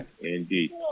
indeed